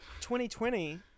2020